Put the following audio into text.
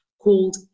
called